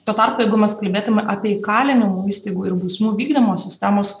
tuo tarpu jeigu mes kalbėtume apie įkalinimo įstaigų ir bausmių vykdymo sistemos